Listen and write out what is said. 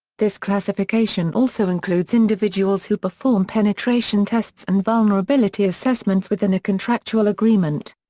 this classification also includes individuals who perform penetration tests and vulnerability assessments within a contractual agreement.